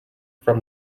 from